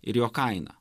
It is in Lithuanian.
ir jo kaina